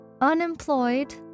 unemployed